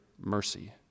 mercy